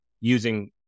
using